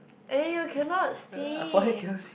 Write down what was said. eh you cannot see